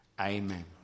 amen